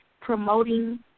promoting